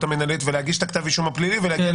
המנהלית ולהגיש את כתב האישום הפלילי --- כן,